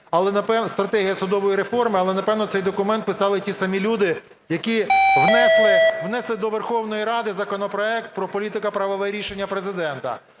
але, напевно, цей документ писали ті самі люди, які внесли до Верховної Ради законопроект про політико-правове рішення Президента.